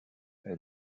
est